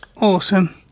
Awesome